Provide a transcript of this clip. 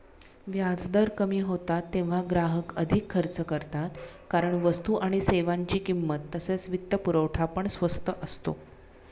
व्याजदर कमी होतात तेव्हा ग्राहक अधिक खर्च करतात कारण वस्तू आणि सेवांची किंमत तसेच वित्तपुरवठा पण स्वस्त असतो